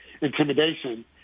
intimidation